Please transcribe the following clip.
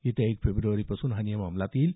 येत्या एक फेब्र्वारीपासून हा नियम अंमलात येईल